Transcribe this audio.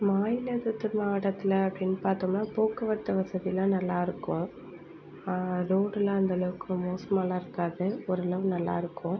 மாவட்டத்தில் அப்படின்னு பார்த்தோம்னா போக்குவரத்து வசதிலாம் நல்லாயிருக்கும் ரோடுலாம் அந்தளவுக்கு மோசமாகலாம் இருக்காது ஓரளவு நல்லாயிருக்கும்